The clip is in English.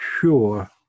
sure